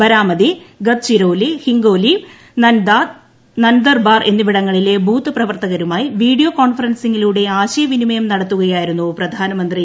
ബാരാമതി ഗദ്ചിരോലി ഹിങ്കോലി നാൻദദ് നാൻദർബാർ എന്നിവിടങ്ങളിലെ ബൂത്ത് പ്രവർത്തകരുമായി വീഡിയോ കോൺഫറൻസിംഗിലൂടെ ആശയവിനിമയം നടത്തുകയായിരുന്നു പ്രധാനമന്ത്രി